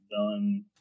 done